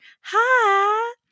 Hi